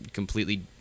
completely